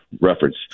reference